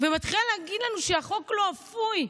ומתחילה להגיד לנו שהחוק לא אפוי.